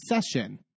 session